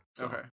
Okay